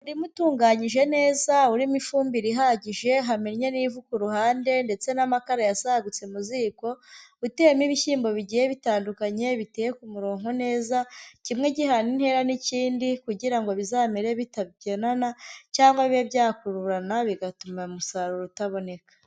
Umurima utunganyije neza, urimo ifumbire ihagije, hamenye n'ivu ku ruhande ndetse n'amakara yasagutse mu ziko, uteyemo ibishyimbo bigiye bitandukanye, biteye ku muronko neza, kimwe gihana intera n'ikindi kugira ngo bizamere bitabyigana cyangwa bibe byakururana bigatuma umusaruro utaboneka.